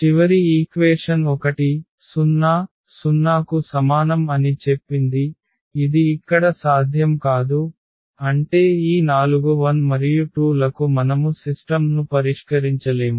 చివరి ఈక్వేషన్ 1 0 0 కు సమానం అని చెప్పింది ఇది ఇక్కడ సాధ్యం కాదు అంటే ఈ 4 1మరియు2 లకు మనము సిస్టమ్ ను పరిష్కరించలేము